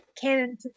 canon